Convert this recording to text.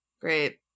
Great